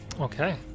Okay